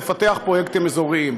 נפתח פרויקטים אזוריים.